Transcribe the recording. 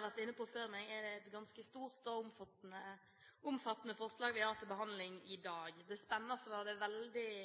har vært inne på før meg, er det et ganske stort og omfattende forslag vi har til behandling i dag. Det